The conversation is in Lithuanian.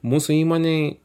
mūsų įmonėj